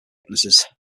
witnesses